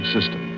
System